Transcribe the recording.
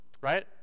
Right